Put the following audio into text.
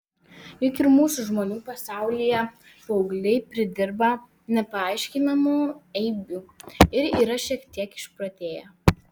juk ir mūsų žmonių pasaulyje paaugliai pridirba nepaaiškinamų eibių ir yra šiek tiek išprotėję